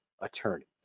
attorney